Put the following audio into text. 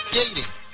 dating